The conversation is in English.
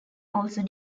also